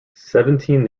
seventeen